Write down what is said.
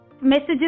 messages